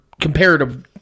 comparative